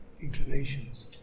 inclinations